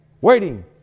Waiting